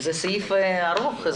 זה סעיף ארוך.